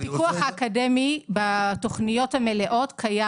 הפיקוח האקדמי בתוכניות המלאות קיים